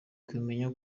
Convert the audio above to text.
kumenya